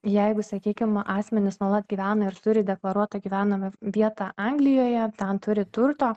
jeigu sakykim asmenys nuolat gyvena ir turi deklaruotą gyvenamą vietą anglijoje ten turi turto